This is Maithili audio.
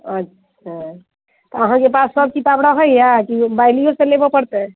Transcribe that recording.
अच्छे तऽ अहाँकेँ पास सब किताब रहैया कि बाइलियोसँ लेबऽ पड़तै